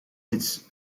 its